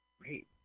Great